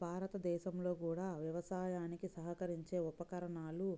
భారతదేశంలో కూడా వ్యవసాయానికి సహకరించే ఉపకరణాలు